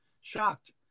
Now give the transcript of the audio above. shocked